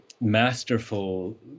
masterful